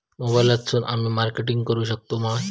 मोबाईलातसून आमी मार्केटिंग करूक शकतू काय?